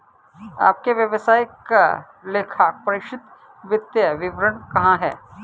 आपके व्यवसाय का लेखापरीक्षित वित्तीय विवरण कहाँ है?